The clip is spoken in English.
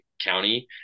County